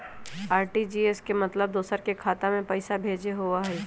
RTGS के मतलब दूसरे के खाता में पईसा भेजे होअ हई?